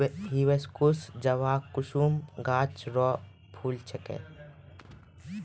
hibiscus जवाकुसुम गाछ रो फूल छिकै